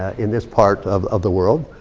in this part of of the world.